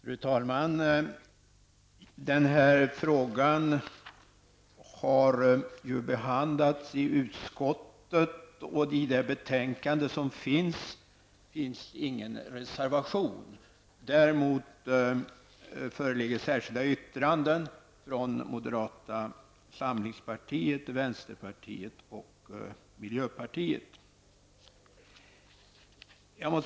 Fru talman! Den här frågan har ju behandlats i utskottet och i det aktuella betänkandet finns det ingen reservation. Däremot föreligger det särskilda yttranden från moderata samlingspartiet, vänsterpartiet och miljöpartiet.